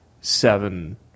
seven